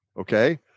okay